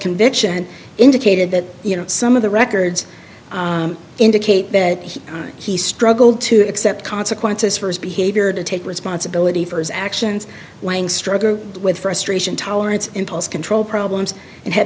conviction and indicated that you know some of the records indicate that he struggled to accept consequences for his behavior to take responsibility for his actions lang struggled with frustration tolerance impulse control problems and had